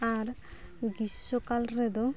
ᱟᱨ ᱜᱤᱨᱥᱚ ᱠᱟᱞ ᱨᱮᱫᱚ